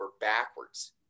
backwards